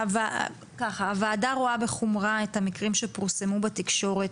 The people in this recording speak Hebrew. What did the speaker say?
הוועדה רואה בחומרה את המקרים שפורסמו בתקשורת